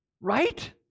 Right